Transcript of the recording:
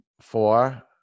four